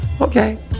Okay